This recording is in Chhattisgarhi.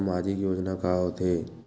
सामाजिक योजना का होथे?